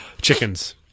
chickens